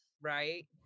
right